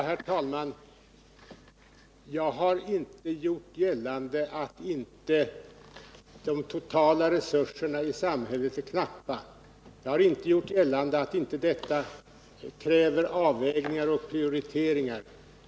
Herr talman! Jag har inte gjort gällande att de totala resurserna i samhället inte är knappa. Jag har inte gjort gällande att det inte krävs avvägningar och prioriteringar.